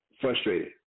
frustrated